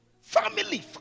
Family